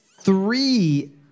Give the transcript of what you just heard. three